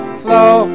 flow